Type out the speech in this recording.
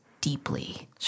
deeply